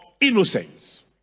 innocence